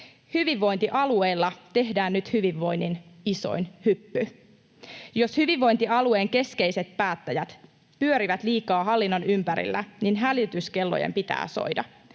Hyvinvointialueilla tehdään nyt hyvinvoinnin isoin hyppy. Jos hyvinvointialueen keskeiset päättäjät pyörivät liikaa hallinnon ympärillä, niin hälytyskellojen pitää soida.